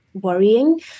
Worrying